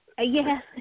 Yes